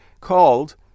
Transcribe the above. called